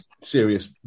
serious